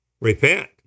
Repent